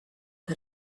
had